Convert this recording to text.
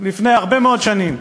לפני הרבה מאוד שנים.